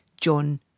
John